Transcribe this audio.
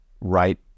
right